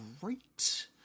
great